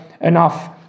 enough